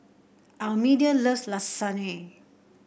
Almedia loves Lasagne